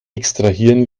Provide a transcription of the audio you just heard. extrahieren